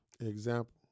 Example